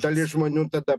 dalis žmonių tada